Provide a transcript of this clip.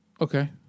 Okay